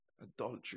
Adultery